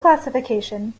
classification